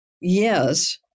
Yes